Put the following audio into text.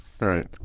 Right